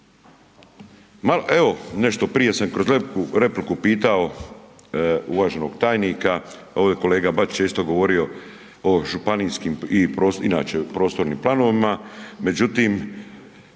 malo nešto prije sam kroz repliku pitao uvaženog tajnika, evo i kolega Bačić je isto govorio o županijskim inače prostornim planovima. Međutim,